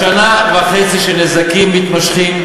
שנה וחצי של נזקים מתמשכים,